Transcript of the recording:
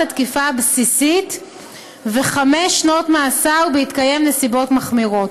התקיפה הבסיסית וחמש שנות מאסר בהתקיים נסיבות מחמירות.